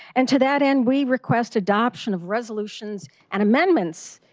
and to that end we request adoptions of resolutions and amendments